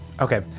Okay